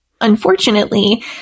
Unfortunately